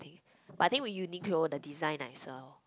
but I think with Uniqlo the design nicer